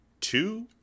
two